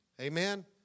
Amen